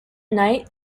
night